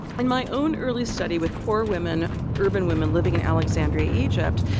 in my own early study with poor women, urban women living in alexandria, egypt,